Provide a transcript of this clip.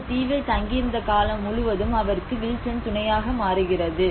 அந்த தீவில் தங்கியிருந்த காலம் முழுவதும் அவருக்கு வில்சன் துணையாக மாறுகிறது